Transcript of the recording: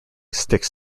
sticks